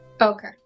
Okay